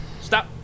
Stop